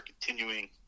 continuing